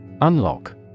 Unlock